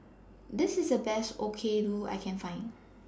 This IS The Best Okayu I Can Find